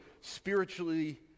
spiritually